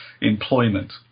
employment